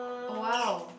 oh !wow!